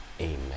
Amen